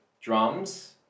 drums